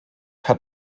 hat